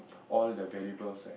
all the valuables